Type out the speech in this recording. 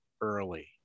early